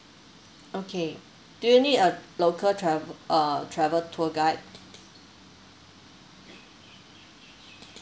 okay do you need a local trave~ uh travel tour guide